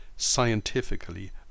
scientifically